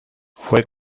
fue